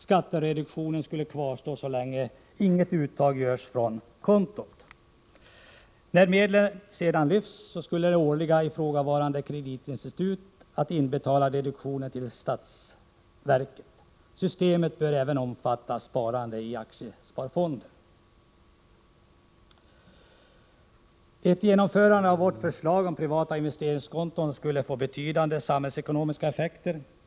Skattereduktionen skulle kvarstå så länge inget uttag görs från kontot. När medlen lyfts skulle ifrågavarande kreditinstitut inbetala den årliga reduktionen till statsverket. Systemet bör även omfatta sparande i aktiesparfonder. Ett genomförande av vårt förslag om privata investeringskonton skulle få betydande samhällsekonomiska effekter.